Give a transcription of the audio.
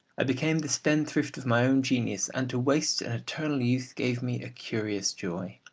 i became the spendthrift of my own genius, and to waste an eternal youth gave me a curious joy.